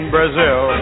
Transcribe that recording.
Brazil